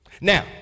Now